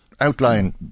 Outline